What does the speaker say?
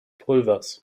pulvers